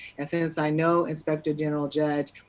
since i know inspector general judge,